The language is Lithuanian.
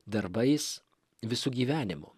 darbais visu gyvenimu